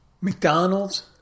McDonald's